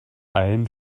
ein